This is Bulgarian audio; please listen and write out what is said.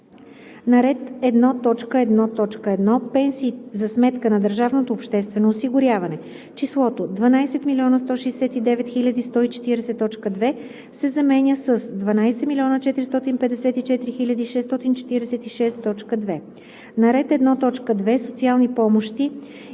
на ред 1.1.1. „Пенсии за сметка на държавното обществено осигуряване“ числото „12 169 140,2“ се заменя с „12 454 646,2“. - на ред 1.2. „Социални помощи